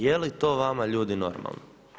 Je li to vama ljudi normalno?